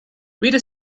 weder